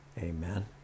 Amen